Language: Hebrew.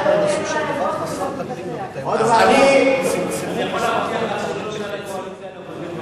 אל, אני יכול להבטיח לך, חבר הכנסת זחאלקה,